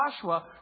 Joshua